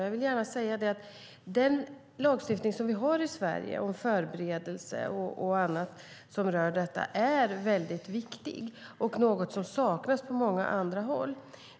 Jag vill gärna säga att den lagstiftning som vi har i Sverige om förberedelse och annat som rör detta är väldigt viktig och något som saknas på många andra håll.